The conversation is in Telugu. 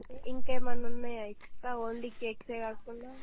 ఇంకేమన్నా ఉన్నాయ ఎక్స్ట్రా ఓన్లీ కేక్సే కాకుండా